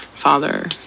father